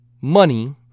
money